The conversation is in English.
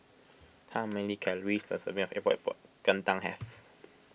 how many calories does a serving of Epok Epok Kentang have